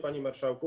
Panie Marszałku!